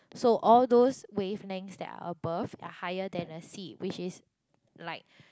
so all those wave lengths that are above are higher than a C which is like